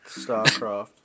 StarCraft